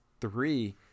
three